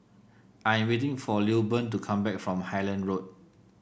I am waiting for Lilburn to come back from Highland Road